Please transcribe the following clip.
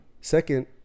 Second